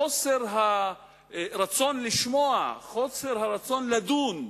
חוסר הרצון לשמוע, חוסר הרצון לדון,